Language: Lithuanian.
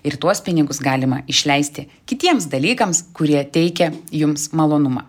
ir tuos pinigus galima išleisti kitiems dalykams kurie teikia jums malonumą